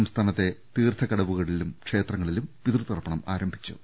സംസ്ഥാനത്തെ തീർത്ഥക്കടവുകളിലും ക്ഷേത്ര ങ്ങളിലും പിതൃതർപ്പണം ആരംഭിച്ചു